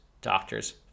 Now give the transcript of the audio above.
doctors